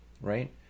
right